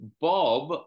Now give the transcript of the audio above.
Bob